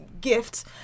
gift